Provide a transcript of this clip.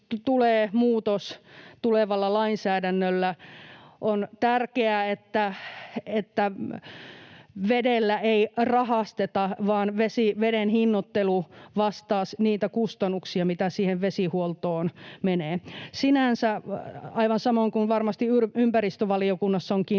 tulee muutos tulevalla lainsäädännöllä. On tärkeää, että vedellä ei rahasteta vaan veden hinnoittelu vastaa niitä kustannuksia, mitä siihen vesihuoltoon menee. Sinänsä aivan samoin kuin varmasti ympäristövaliokunnassa on